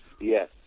Yes